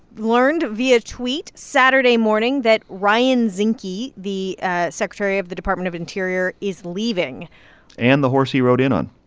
learned via tweet saturday morning that ryan zinke, the ah secretary of the department of interior, is leaving and the horse he rode in on